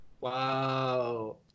Wow